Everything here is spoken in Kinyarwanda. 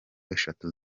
eshatu